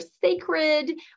sacred